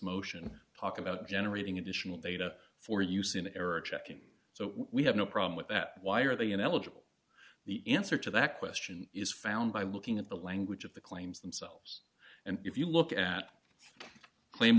motion talk about generating additional data for use in error checking so we have no problem with that why are they an eligible the answer to that question is found by looking at the language of the claims themselves and if you look at claim